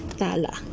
tala